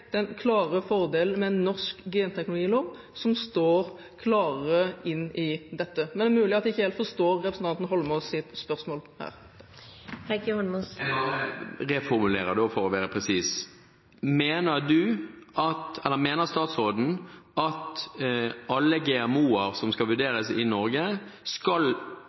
den klare fordelen med norsk genteknologilov, som står klarere inn i dette. Men det er mulig at jeg ikke helt forstår representanten Eidsvoll Holmås’ spørsmål. Da bare reformulerer jeg, for å være presis: Mener statsråden at vi i Norge i framtiden også skal kunne vurdere alle